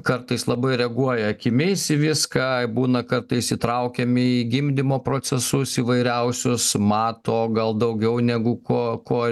kartais labai reaguoja akimis į viską būna kartais įtraukiami į gimdymo procesus įvairiausius mato gal daugiau negu ko